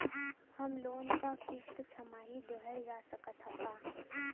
Home loan क किस्त छमाही देहल जा सकत ह का?